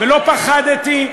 ולא פחדתי,